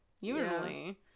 Usually